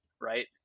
right